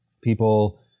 people